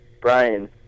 Brian